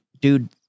dude